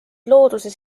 looduses